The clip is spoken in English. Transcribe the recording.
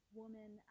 woman